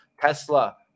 tesla